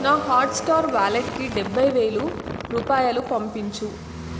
నా హాట్స్టార్ వాలెట్కి డెబ్బై వేలు రూపాయలు పంపించు